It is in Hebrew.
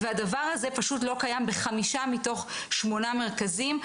והדבר הזה פשוט לא קיים בחמישה מתוך שמונה מרכזים.